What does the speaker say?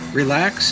relax